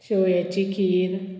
शेवयाची खीर